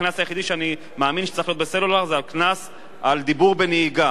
הקנס היחידי שאני מאמין שצריך להיות בסלולר זה הקנס על דיבור בנהיגה,